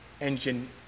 engine